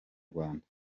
rwanda